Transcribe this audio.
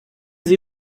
sie